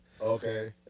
Okay